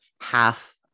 half